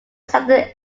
southern